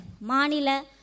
Manila